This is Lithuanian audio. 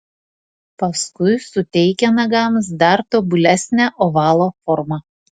paskui suteikia nagams dar tobulesnę ovalo formą